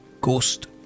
ghost